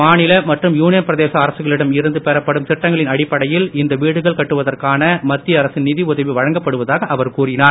மாநில மற்றும் யூனியன் பிரதேச அரசுகளிடம் இருந்து பெறப்படும் திட்டங்களின் அடிப்படையில் இந்த வீடுகள் கட்டுவதற்கான மத்திய அரசின் நிதி உதவி வழங்கப்படுவதாக அவர் கூறினார்